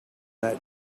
that